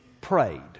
prayed